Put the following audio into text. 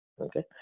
Okay